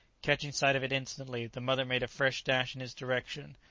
catching sight of it instantly, the mother made a fresh dash in its direction,